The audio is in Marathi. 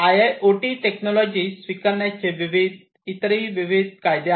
आयआयओटी टेक्नॉलॉजी स्वीकारण्याचे विविध इतरही फायदे आहेत